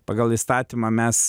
pagal įstatymą mes